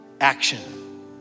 action